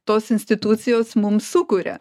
tos institucijos mums sukuria